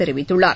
தெரிவித்துள்ளார்